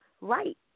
right